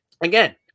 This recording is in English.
Again